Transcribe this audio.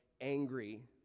angry